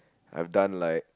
I've done like